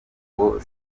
ngo